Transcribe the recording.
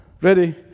ready